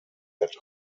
that